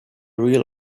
real